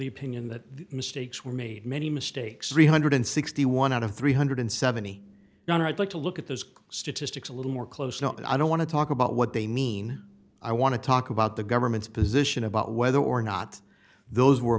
the opinion that mistakes were made many mistakes three hundred and sixty one out of three hundred and seventy nine are i'd like to look at those statistics a little more closely not that i don't want to talk about what they mean i want to talk about the government's position about whether or not those were